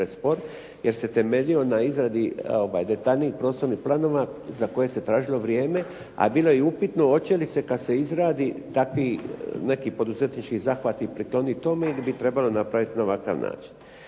jer se temeljio na izradi detaljnijih prostornih planova za koje se tražilo vrijeme, a bilo je i upitno hoće li se kad se izradi dati neki poduzetnički zahvati priklonit tome ili bi trebalo napravit na ovakav način.